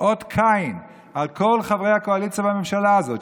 אות קין על כל חברי הקואליציה בממשלה הזאת,